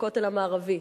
הכותל המערבי,